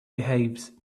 behaves